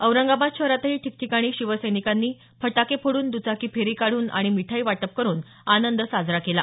औरंगाबाद शहरातही ठिकठिकाणी शिवसैनिकांनी फटाके फोडून दुचाकी फेरी काढून आणि मिठाई वाटप करुन आनंद साजरा केला